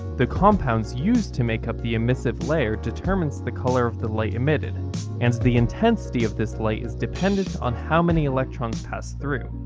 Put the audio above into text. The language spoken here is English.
the compounds used to make up the emissive layer determines the color of the light emitted, and the intensity of this light is dependent on how many electrons pass through.